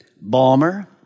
Balmer